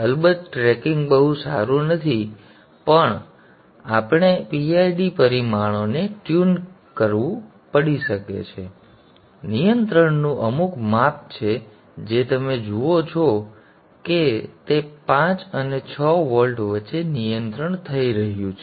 અલબત્ત ટ્રેકિંગ બહુ સારું નથી આપણે PID પરિમાણોને ટ્યુન કરવું પડી શકે છે નિયંત્રણનું અમુક માપ છે જે તમે જુઓ છો કે તે ૫ અને ૬ વોલ્ટ વચ્ચે નિયંત્રણ લઈ રહ્યું છે